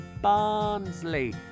Barnsley